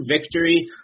victory